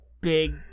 big